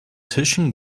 tischen